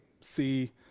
see